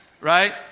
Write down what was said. right